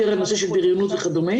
יותר הנושא של בריונות וכדומה.